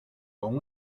con